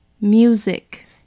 Music